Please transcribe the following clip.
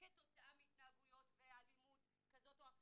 כתוצאה מהתנהגויות ואלימות כזאת או אחרת,